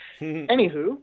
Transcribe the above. anywho